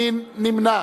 מי נמנע?